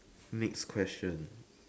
next question